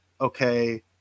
okay